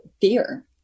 fear